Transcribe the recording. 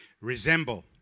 Resemble